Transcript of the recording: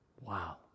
Wow